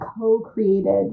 co-created